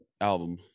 album